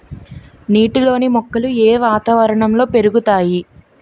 నీటిలోని మొక్కలు ఏ వాతావరణంలో పెరుగుతాయి?